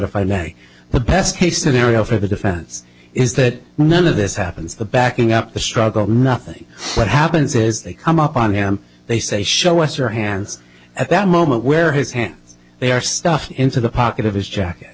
if i may the best case scenario for the defense is that none of this happens the backing up the struggle nothing what happens is they come up on him they say show us your hands at that moment where his hand they are stuffed into the pocket of his jacket